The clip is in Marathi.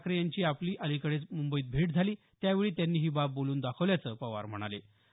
राज ठाकरे यांची आपली अलिकडेच मुंबईत भेट झाली त्यावेळी त्यांनी ही बाब बोलून दाखवल्याचं पवार म्हणाले